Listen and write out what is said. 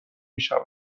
میشود